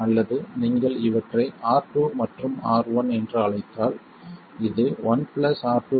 அல்லது நீங்கள் இவற்றை R2 மற்றும் R1 என்று அழைத்தால் இது 1 R2 R1 Vi